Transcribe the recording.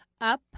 Up